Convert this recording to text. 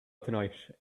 tonight